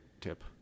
tip